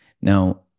Now